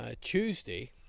Tuesday